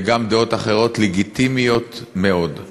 גם דעות אחרות לגיטימיות מאוד.